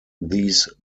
these